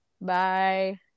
bye